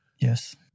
Yes